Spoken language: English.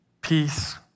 peace